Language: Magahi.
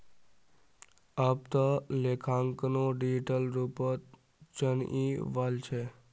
अब त लेखांकनो डिजिटल रूपत चनइ वल छ